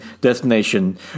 destination